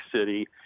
city